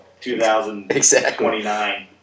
2029